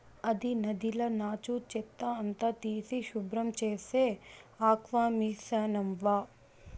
అది నదిల నాచు, చెత్త అంతా తీసి శుభ్రం చేసే ఆక్వామిసనవ్వా